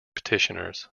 petitioners